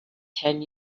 ten